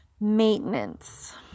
maintenance